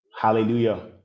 hallelujah